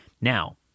Now